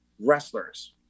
wrestlers